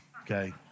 okay